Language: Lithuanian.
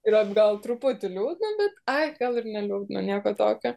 ir atgal truputį liūdna bet ai gal ir neliūdna nieko tokio